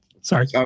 Sorry